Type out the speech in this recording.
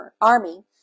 army